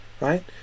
right